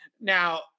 Now